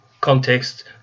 context